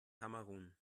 kamerun